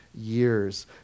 years